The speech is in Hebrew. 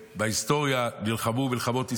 בהיסטוריה נלחמו כשנלחמו במלחמות ישראל,